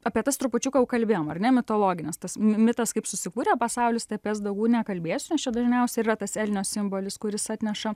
apie tas trupučiuką jau kalbėjom ar ne mitologinės tas mi mitas kaip susikūrė pasaulis tai apie jas daugiau nekalbėsiu nes čia dažniausiai yra tas elnio simbolis kuris atneša